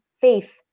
faith